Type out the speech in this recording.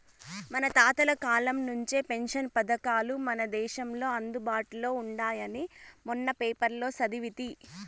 మన తాతల కాలం నుంచే పెన్షన్ పథకాలు మన దేశంలో అందుబాటులో ఉండాయని మొన్న పేపర్లో సదివితి